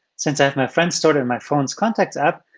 since i have my friend stored in my phone's contacts app,